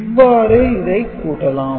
இவ்வாறு இதைக் குறிப்பிடலாம்